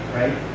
right